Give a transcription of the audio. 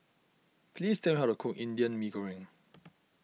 please tell me how to cook Indian Mee Goreng